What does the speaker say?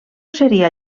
seria